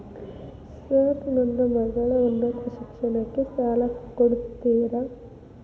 Sir ನನ್ನ ಮಗಳ ಉನ್ನತ ಶಿಕ್ಷಣಕ್ಕೆ ಸಾಲ ಕೊಡುತ್ತೇರಾ?